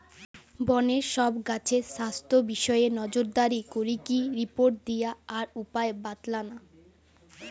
বনের সব গাছের স্বাস্থ্য বিষয়ে নজরদারি করিকি রিপোর্ট দিয়া আর উপায় বাৎলানা